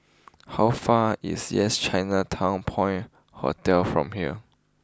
how far is Yes Chinatown Point Hotel from here